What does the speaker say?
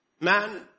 man